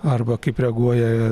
arba kaip reaguoja